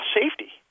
safety